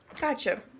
Gotcha